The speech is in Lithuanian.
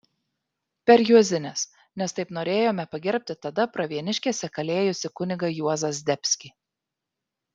per juozines nes taip norėjome pagerbti tada pravieniškėse kalėjusi kunigą juozą zdebskį